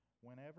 Whenever